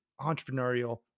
entrepreneurial